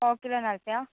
పావు కిలో నలభైయా